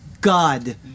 God